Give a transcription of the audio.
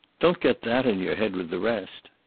don't get that in your head with the rest.